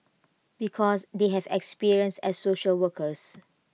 because they have experience as social workers